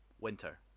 winter